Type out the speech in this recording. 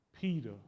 Peter